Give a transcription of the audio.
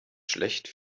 schlecht